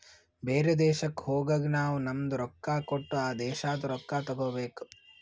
ಬೇರೆ ದೇಶಕ್ ಹೋಗಗ್ ನಾವ್ ನಮ್ದು ರೊಕ್ಕಾ ಕೊಟ್ಟು ಆ ದೇಶಾದು ರೊಕ್ಕಾ ತಗೋಬೇಕ್